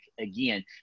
again